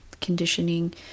conditioning